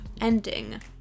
ending